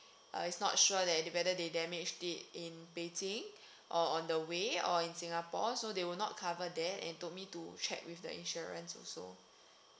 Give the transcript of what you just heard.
uh is not sure that whether they damaged it in beijing or on the way or in singapore so they will not cover there and told me to check with the insurance also